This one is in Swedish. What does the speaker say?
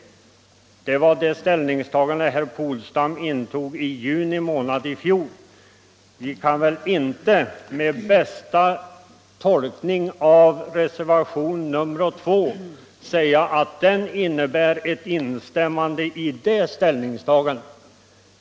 Det var det ställningstagande herr Polstam gjorde i juni månad i fjol. Vi kan väl inte med bästa vilja tolka reservationen 2 så att den innebär ett instämmande i det ställningstagandet.